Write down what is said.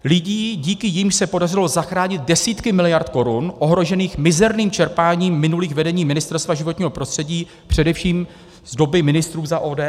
Lidí, díky nimž se podařilo zachránit desítky miliard korun ohrožených mizerným čerpáním minulých vedení Ministerstva životního prostředí, především z doby ministrů za ODS.